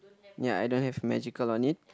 ya I don't have magical on it